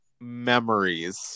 memories